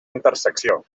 intersecció